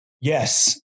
yes